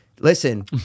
Listen